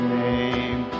name